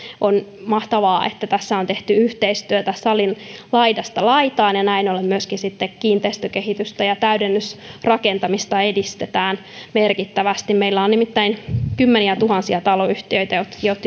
on mahtavaa että tässä on tehty yhteistyötä salin laidasta laitaan ja näin ollen myöskin sitten kiinteistökehitystä ja täydennysrakentamista edistetään merkittävästi meillä on nimittäin kymmeniätuhansia taloyhtiöitä